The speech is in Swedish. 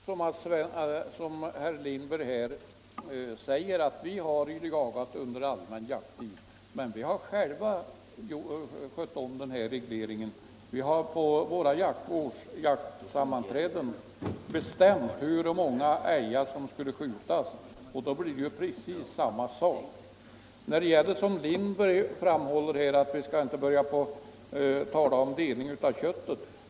Herr talman! Det är alldeles riktigt som herr Lindberg säger att vi har jagat under den allmänna jakttiden, men vi har själva skött om regleringen. Vi har på våra årsjaktstämmor bestämt hur många älgar som skulle skjutas, och det blir precis samma sak. Herr Lindberg framhåller att vi inte skall tala om delning av kött.